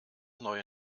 neue